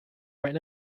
right